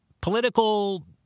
political